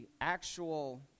actual